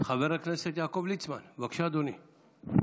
חבר הכנסת יעקב ליצמן, בבקשה, אדוני.